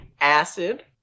acid